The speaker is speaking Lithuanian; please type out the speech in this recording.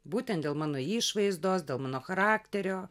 būtent dėl mano išvaizdos dėl mano charakterio